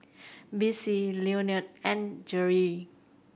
Bessie Leonel and Geri